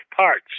parts